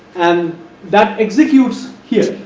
and that executes here.